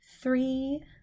three